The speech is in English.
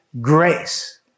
grace